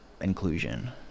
inclusion